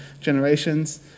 generations